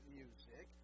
music